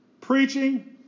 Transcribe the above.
preaching